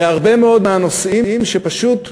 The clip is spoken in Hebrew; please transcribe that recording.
בהרבה מאוד מהנושאים שפשוט פוגעים.